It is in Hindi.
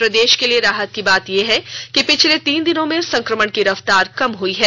प्रदेश के लिए राहत की बात यह है कि पिछले तीन दिनों में संक्रमण की रफ्तार कम हुई है